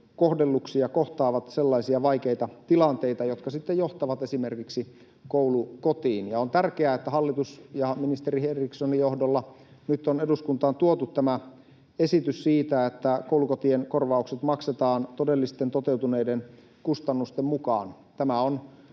kaltoinkohdelluiksi ja kohtaavat sellaisia vaikeita tilanteita, jotka sitten johtavat esimerkiksi koulukotiin. On tärkeää, että hallitus ministeri Henrikssonin johdolla nyt on eduskuntaan tuonut tämän esityksen siitä, että koulukotien korvaukset maksetaan todellisten toteutuneiden kustannusten mukaan. Tämä on